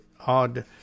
odd